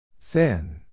Thin